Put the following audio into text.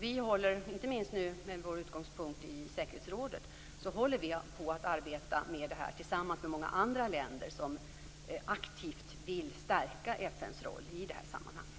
Vi håller, inte minst med vår nuvarande utgångspunkt i säkerhetsrådet, på att arbeta med det här tillsammans med många andra länder som aktivt vill stärka FN:s roll i det här sammanhanget.